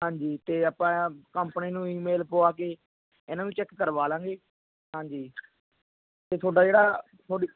ਹਾਂਜੀ ਅਤੇ ਆਪਾਂ ਕੰਪਨੀ ਨੂੰ ਈਮੇਲ ਪਵਾ ਕੇ ਇਹਨਾਂ ਨੂੰ ਚੈੱਕ ਕਰਵਾ ਲਵਾਂਗੇ ਹਾਂਜੀ ਅਤੇ ਤੁਹਾਡਾ ਜਿਹੜਾ ਤੁਹਾਡੀ